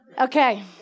Okay